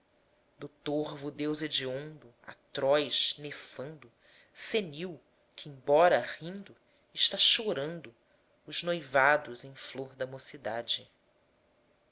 do torvo deus hediondo atroz nefando senil que embora rindo está chorando os noivados em flor da mocidade